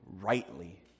rightly